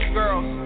girls